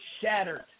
shattered